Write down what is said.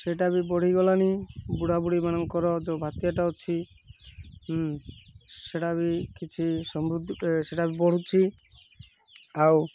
ସେଇଟା ବି ବଢ଼ିଗଲାଣି ବୁଢ଼ା ବୁଢ଼ୀ ମାନଙ୍କର ଯେଉଁ ଭାତିୟାଟା ଅଛି ସେଇଟା ବି କିଛି ସମୃଦ୍ଧି ସେଇଟା ବି ବଢ଼ୁଛି ଆଉ